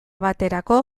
baterako